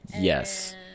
Yes